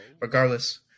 regardless